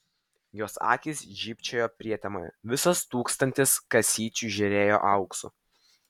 jos akys žybčiojo prietemoje visas tūkstantis kasyčių žėrėjo auksu